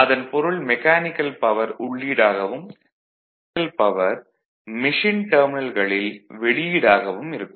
அதன் பொருள் mechanical power உள்ளீடாகவும் எலக்ட்ரிகல் பவர் மெஷின் டெர்மினல்களில் வெளியீடாகவும் இருக்கும்